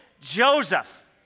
Joseph